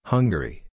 Hungary